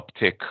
uptick